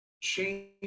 change